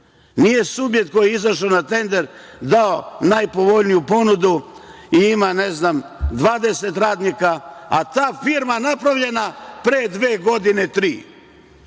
Nije subjekt koji je izašao na tender dao najpovoljniju ponudu i ima 20 radnika, a ta firma napravljena pre dve godine, tri,